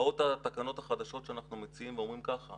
באות התקנות החדשות שאנחנו מציעים ואומרות ככה,